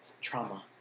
trauma